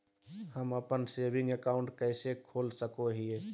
हम अप्पन saving account कइसे खोल सको हियै?